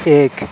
ایک